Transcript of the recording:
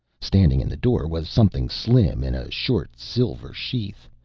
standing in the door was something slim in a short silver sheath.